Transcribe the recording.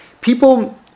people